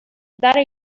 dare